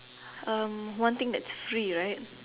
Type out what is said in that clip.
um one thing that's free right